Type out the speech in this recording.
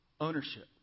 Ownership